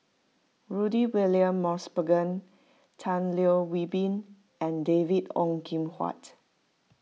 Rudy William Mosbergen Tan Leo Wee Hin and David Ong Kim Huat